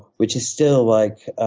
which is still like